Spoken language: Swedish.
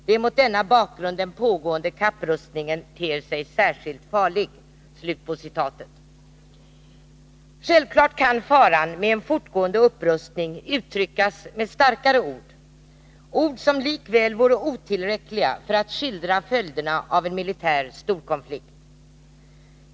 Det är mot denna bakgrund den pågående kapprustningen ter sig särskilt farlig.” Självfallet kan faran med en fortgående upprustning uttryckas med starkare ord — ord som likväl vore otillräckliga för att skildra följderna av en militär storkonflikt.